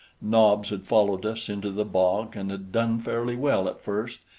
nobs had followed us into the bog and had done fairly well at first,